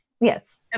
Yes